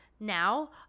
Now